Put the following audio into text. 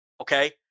Okay